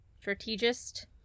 strategist